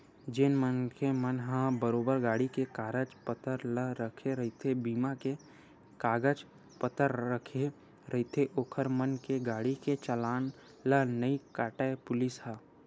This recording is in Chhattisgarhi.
जेन मनखे मन ह बरोबर गाड़ी के कागज पतर ला रखे रहिथे बीमा के कागज पतर रखे रहिथे ओखर मन के गाड़ी के चलान ला नइ काटय पुलिस ह